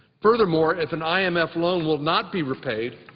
furthermore, if an i m f. loan will not be repaid,